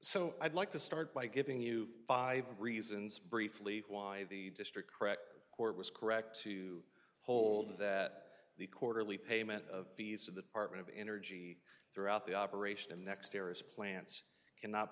so i'd like to start by giving you five reasons briefly why the district correct court was correct to hold that the quarterly payment of fees of the art of energy throughout the operation of next terrorist plants cannot